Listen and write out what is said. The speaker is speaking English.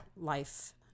life